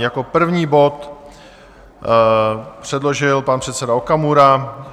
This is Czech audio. Jako první bod předložil pan předseda Okamura.